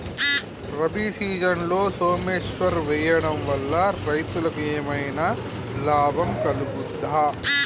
రబీ సీజన్లో సోమేశ్వర్ వేయడం వల్ల రైతులకు ఏమైనా లాభం కలుగుద్ద?